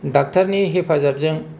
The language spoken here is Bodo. डक्टरनि हेफाजाबजों